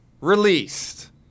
released